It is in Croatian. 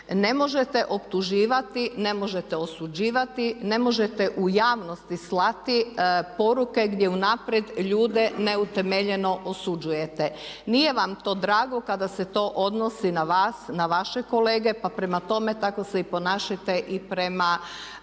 Ne možete optuživati, ne možete osuđivati, ne možete u javnosti slati poruke gdje unaprijed ljude neutemeljeno osuđujete. Nije vam to drago kada se to odnosi na vas, na vaše kolege pa prema tome tako se i ponašajte i prema